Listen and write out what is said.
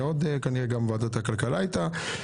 בסדר-היום: